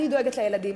אני דואגת לילדים.